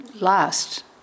last